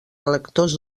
electors